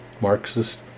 Marxist